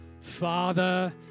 Father